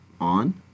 on